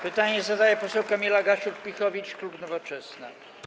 Pytanie zadaje poseł Kamila Gasiuk-Pihowicz, klub Nowoczesna.